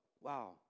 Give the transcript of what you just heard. wow